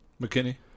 McKinney